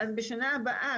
אז בשנה הבאה,